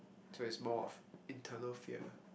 so it's more internal fear